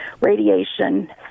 radiation